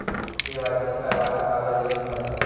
KYC करवाना काबर जरूरी हवय?